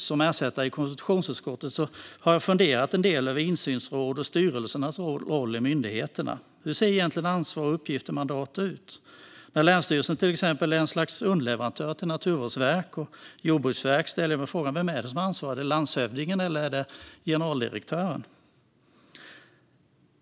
Som ersättare i konstitutionsutskottet har jag dessutom funderat en del över insynsråd och styrelsers roll i myndigheterna. Hur ser egentligen ansvar, uppgifter och mandat ut? När länsstyrelsen exempelvis är ett slags underleverantör till Naturvårdsverket och Jordbruksverket ställer jag mig frågan vem som har ansvaret. Är det landshövdingen eller är det generaldirektören?